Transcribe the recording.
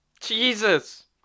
Jesus